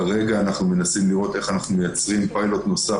כרגע אנחנו מנסים לראות איך אנחנו מייצרים פיילוט נוסף.